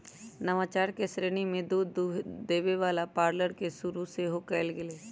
नवाचार के श्रेणी में दूध देबे वला पार्लर के शुरु सेहो कएल गेल